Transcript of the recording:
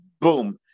boom